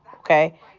Okay